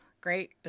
great